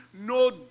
no